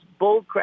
bullcrap